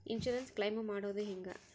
Insurance claim ಮಾಡೋದು ಹೆಂಗ?